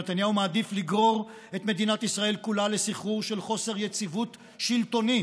נתניהו מעדיף לגרור את מדינת ישראל כולה לסחרור של חוסר יציבות שלטונית